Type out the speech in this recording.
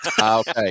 Okay